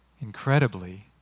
incredibly